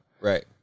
Right